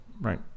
right